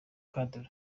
cadre